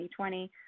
2020